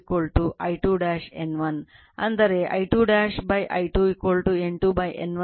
ಅಂದರೆ I2 I2 N2 N1 ಅಥವಾ I2 I2 N1 N2